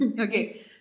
okay